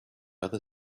other